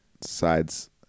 sides